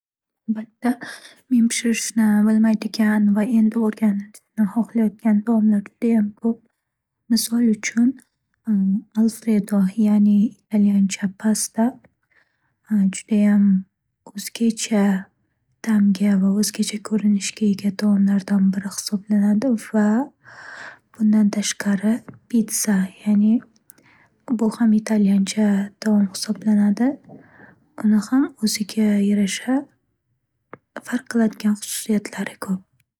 Albatta, men pishirishni bilmaydigan va endi o'rganishni xoxlayotgan taomlar judayam ko'p. Misol uchun, alfredo, ya'ni italyancha pasta, judayam o'zgacha ta'mga va o'zgacha ko'rinishga ega taomlardan biri hisoblanadi va bundan tashqari, pitsa ya'ni bu ham italyancha taom hisoblanadi. Uni ham o'ziga yarasha farq qiladigan xususiyatlari ko'p.